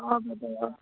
অঁ বাইদেউ অঁ